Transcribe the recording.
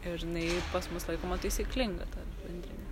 ir jinai pas mus laikoma taisyklinga ta bendrinė